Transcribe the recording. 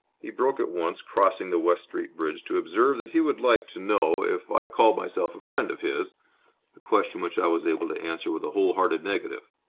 he broke it once, crossing the west street bridge, to observe that he would like to know if i called myself a friend of his a question which i was able to answer with a whole-hearted negative.